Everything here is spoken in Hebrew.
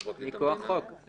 מכוח חוק.